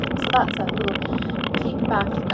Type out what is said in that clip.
so that's a little peek back,